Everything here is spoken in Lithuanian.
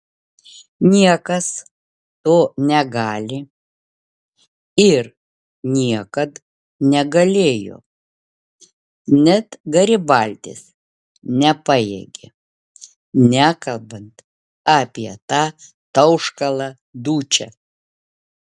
niekas to negali ir niekad negalėjo net garibaldis nepajėgė nekalbant apie tą tauškalą dučę